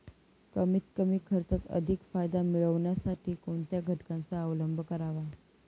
कमीत कमी खर्चात अधिक फायदा मिळविण्यासाठी कोणत्या घटकांचा अवलंब करावा?